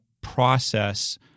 process